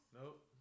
Nope